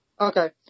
Okay